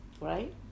Right